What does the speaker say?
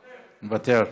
מוותר.